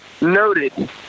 Noted